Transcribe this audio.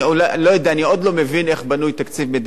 לא הצלחתי להבין איך האוצר עובד.